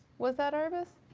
was that arbus?